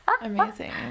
amazing